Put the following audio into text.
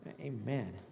Amen